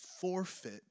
forfeit